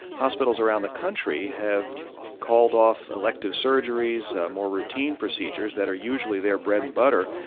hospitals around the country have called off elective surgeries, more routine procedures that are usually their bread and butter.